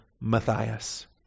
Matthias